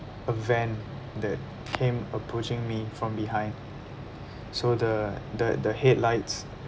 a van that came approaching me from behind so the the the headlights